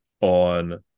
on